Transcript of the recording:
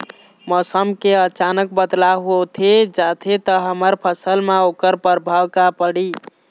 मौसम के अचानक बदलाव होथे जाथे ता हमर फसल मा ओकर परभाव का पढ़ी?